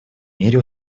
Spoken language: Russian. мире